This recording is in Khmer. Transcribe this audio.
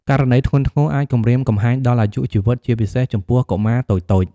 ករណីធ្ងន់ធ្ងរអាចគំរាមកំហែងដល់អាយុជីវិត ជាពិសេសចំពោះកុមារតូចៗ។